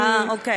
אה, אוקיי.